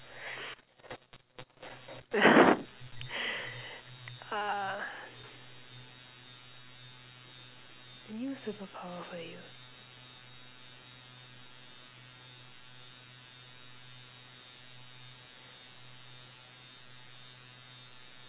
uh a new superpower for you